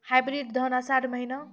Hybrid धान आषाढ़ महीना?